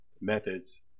methods